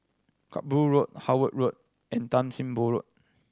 Kerbau Road Howard Road and Tan Sim Boh Road